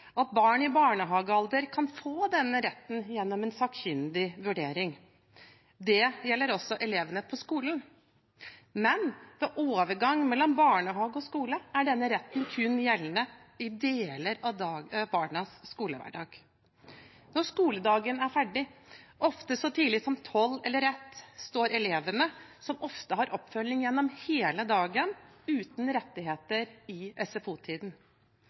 at barn i barnehagealder kan få denne retten gjennom en sakkyndig vurdering. Det gjelder også elevene på skolen. Men ved overgang mellom barnehage og skole er denne retten kun gjeldende i deler av barnas skolehverdag. Når skoledagen er ferdig, ofte så tidlig som kl. 12 eller 13, står elevene, som ofte har oppfølging gjennom hele dagen, uten rettigheter i